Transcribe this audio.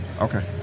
Okay